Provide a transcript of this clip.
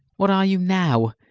what are you now?